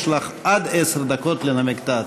יש לך עד עשר דקות לנמק את ההצעה.